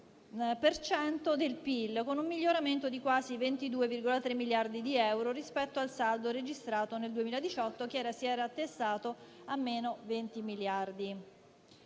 per cento del PIL, con un miglioramento di quasi 22,3 miliardi di euro rispetto al saldo registrato nel 2018, che si era attestato a meno 20 miliardi.